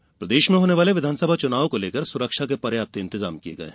चुनाव सुरक्षा प्रदेश में होने वाले विधानसभा चुनाव को लेकर सुरक्षा के पर्याप्त इंतजाम किये गये हैं